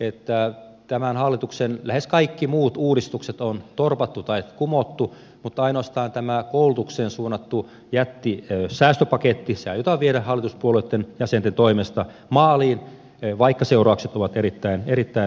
että tämän hallituksen lähes kaikki muut uudistukset on torpattu tai kumottu mutta ainoastaan tämä koulutukseen suunnattu jättisäästöpaketti aiotaan viedä hallituspuolueitten jäsenten toimesta maaliin vaikka seuraukset ovat erittäin erittäin huonoja